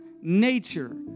nature